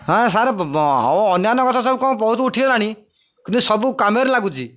ହଁ ସାର୍ ହେଉ ଅନ୍ୟାନ୍ୟ ଗଛ ସବୁ କ'ଣ ବହୁତ ଉଠିଗଲାଣି କିନ୍ତୁ ସବୁ କାମରେ ଲାଗୁଛି